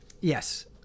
Yes